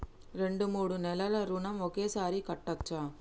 రెండు మూడు నెలల ఋణం ఒకేసారి కట్టచ్చా?